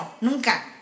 Nunca